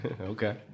Okay